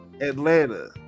Atlanta